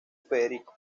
federico